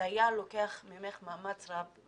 זה היה לוקח ממך מאמץ רב,